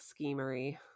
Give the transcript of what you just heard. schemery